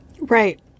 right